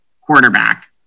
quarterback